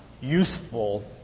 useful